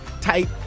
type